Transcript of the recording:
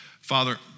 Father